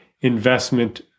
investment